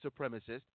supremacist